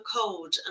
cold